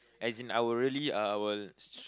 as in I will really I will